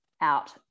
out